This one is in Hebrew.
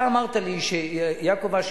אתה אמרת לי שיעקב אשר,